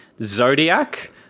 Zodiac